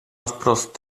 wprost